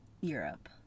Europe